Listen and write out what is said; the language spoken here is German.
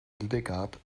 hildegard